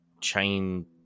chain